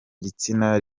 gitsina